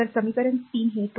तर समीकरण 3 हे 2